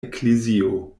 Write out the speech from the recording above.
eklezio